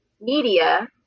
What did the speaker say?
media